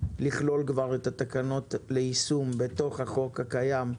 לכלול כבר את התקנות ליישום בתוך החוק הקיים,